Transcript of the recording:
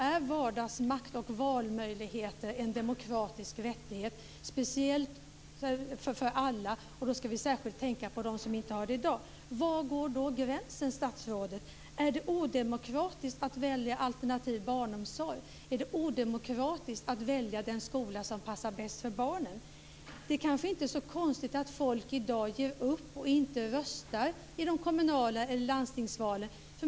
Är vardagsmakt och valmöjligheter en demokratisk rättighet för alla? Då ska vi särskilt tänka på dem som inte har den rättigheten i dag. Var går då gränsen, statsrådet? Är det odemokratiskt att välja alternativ barnomsorg? Är det odemokratiskt att välja den skola som passar bäst för barnen? Det kanske inte är så konstigt att folk i dag ger upp och inte röstar i de kommunala valen eller i landstingsvalen.